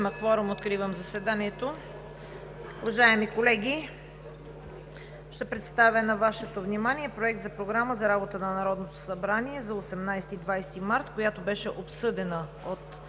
кворум. Откривам заседанието. Уважаеми колеги, ще представя на Вашето внимание Проект за програма за работата на Народното събрание за 18 – 20 март 2020 г., която беше обсъдена от